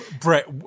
Brett